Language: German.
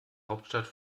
hauptstadt